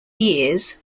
years